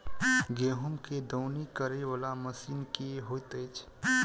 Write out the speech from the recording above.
गेंहूँ केँ दौनी करै वला मशीन केँ होइत अछि?